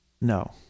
No